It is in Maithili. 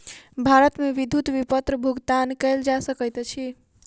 भारत मे विद्युत विपत्र भुगतान कयल जा सकैत अछि